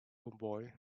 homeboy